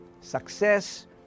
Success